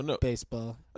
baseball